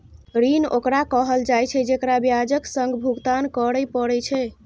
ऋण ओकरा कहल जाइ छै, जेकरा ब्याजक संग भुगतान करय पड़ै छै